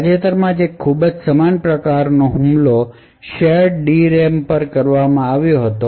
તાજેતરમાં જ એક ખૂબ જ સમાન પ્રકારનો હુમલો શેરડ DRAM પર કરવામાં આવ્યો હતો